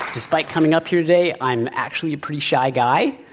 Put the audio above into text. despite coming up here today, i'm actually a pretty shy guy.